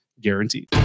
guaranteed